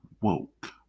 woke